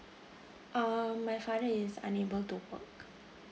um my father is unable to work